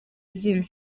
zina